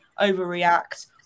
overreact